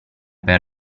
per